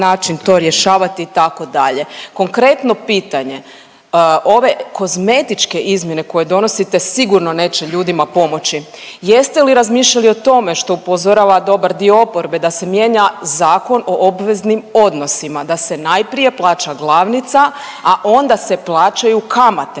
način to rješavati itd.. Konkretno pitanje, ove kozmetičke izmjene koje donosite sigurno neće ljudima pomoći, jeste li razmišljali o tome što upozorava dobar dio oporbe da se mijenja Zakon o obveznim odnosima, da se najprije plaća glavnica, a onda se plaćaju kamate,